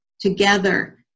together